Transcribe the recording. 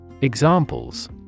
Examples